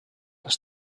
les